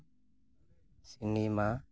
cinema